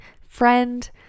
friend